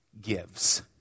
gives